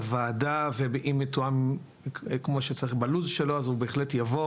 לוועדה ואם יתואם כמו שצריך בלו"ז שלו אז הוא בהחלט יבוא